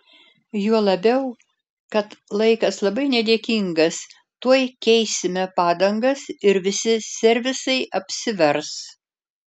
juo labiau kad laikas labai nedėkingas tuoj keisime padangas ir visi servisai apsivers